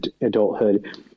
adulthood